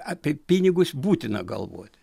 apie pinigus būtina galvot